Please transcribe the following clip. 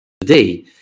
today